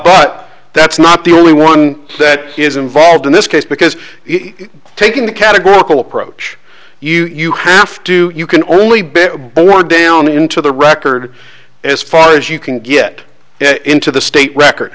but that's not the only one that is involved in this case because taking the categorical approach you have to you can only bit bore down into the record as far as you can get into the state record